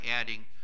adding